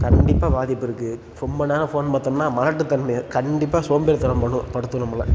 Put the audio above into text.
கண்டிப்பாக பாதிப்பிருக்குது ரொம்ப நேரம் ஃபோன் பார்த்தோம்னா மலட்டுத்தன்மை கண்டிப்பாக சோம்பேறித்தனம் வரும் படுத்தும் நம்மள